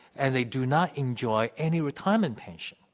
and they do not enjoy any retirement pension